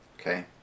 Okay